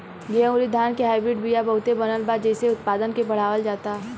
गेंहू अउरी धान के हाईब्रिड बिया बहुते बनल बा जेइसे उत्पादन के बढ़ावल जाता